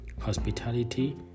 hospitality